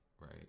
Right